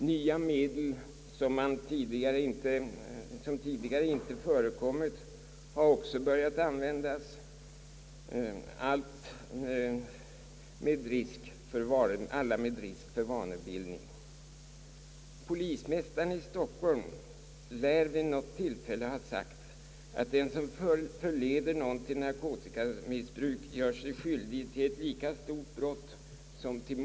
Nya medel som tidigare inte har förekommit har också börjat användas, alla med samma risk för vanebildning. Polismästaren i Stockholm lär vid något tillfälle ha sagt, att den som förleder någon till narkotikamissbruk gör sig skyldig till ett lika stort brott som mord.